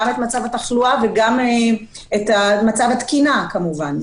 את מצב התחלואה וגם את מצב התקינה כמובן.